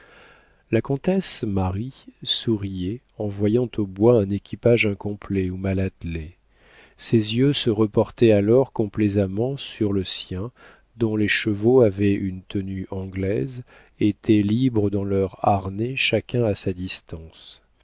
la comtesse marie souriait en voyant au bois un équipage incomplet ou mal attelé ses yeux se reportaient alors complaisamment sur le sien dont les chevaux avaient une tenue anglaise étaient libres dans leurs harnais chacun à sa distance